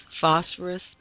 phosphorus